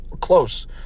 close